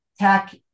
Tech